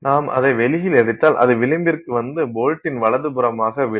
நாம் அதை வெளியில் எடுத்தால் அது விளிம்பிற்கு வந்து போல்ட்டின் வலதுபுறமாக விழும்